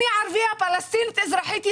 אני ערבייה-פלסטינית אזרחית ישראל,